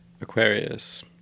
Aquarius